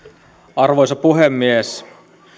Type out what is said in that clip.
arvoisa puhemies